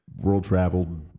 world-traveled